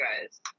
guys